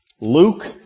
Luke